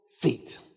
feet